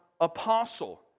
apostle